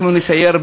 אנחנו נסייר,